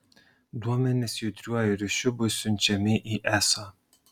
duomenys judriuoju ryšiu bus siunčiami į eso